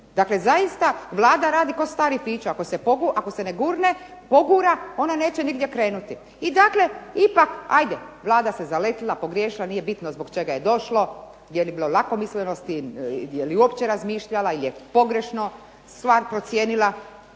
Dakle, zaista Vlada radi kao stari fićo, ako se ne pogura ona neće nigdje krenuti. I dakle, ipak hajde Vlada se zaletila, pogriješila, nije bitno zbog čega je došlo, je li bilo lakomislenosti, je li uopće razmišljala, je li pogrešno stvar procijenila?